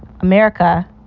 America